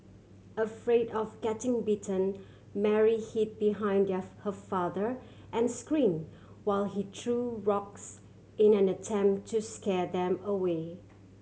afraid of getting bitten Mary hid behind their her father and scream while he threw rocks in an attempt to scare them away